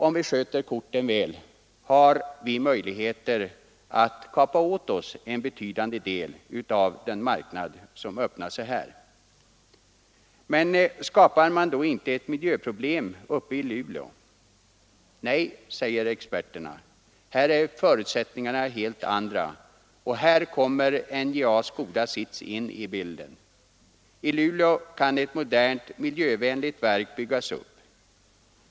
Om vi sköter korten väl, har vi möjlighet att kapa åt oss en betydande del av den marknad som öppnar sig här. Men skapar man då inte ett miljöproblem uppe i Luleå? Nej, säger experterna, här är förutsättningarna helt andra, och här kommer NJA:s goda sits in i bilden. I Luleå kan ett modernt, miljövänligt verk byggas upp.